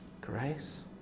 Grace